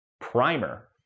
Primer